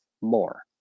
more